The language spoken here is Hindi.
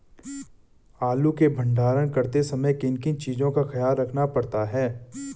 आलू के भंडारण करते समय किन किन चीज़ों का ख्याल रखना पड़ता है?